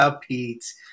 Pete